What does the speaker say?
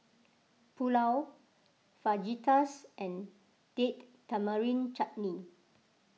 Pulao Fajitas and Date Tamarind Chutney